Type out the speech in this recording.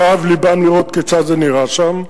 כאב לבם לראות כיצד זה נראה שם.